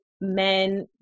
men